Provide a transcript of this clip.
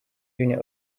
unit